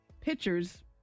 pictures